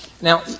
Now